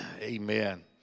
Amen